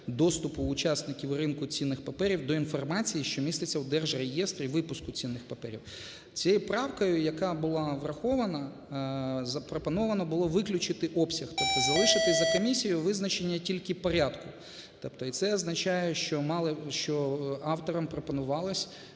доступу учасників ринку цінних паперів до інформації, що міститься у держреєстрі випуску цінних паперів. Цією правкою, яка була врахована, запропоновано було виключити обсяг, тобто залишити за комісією визначення тільки порядку. Тобто і це означає, що мали, що авторам пропонувалось,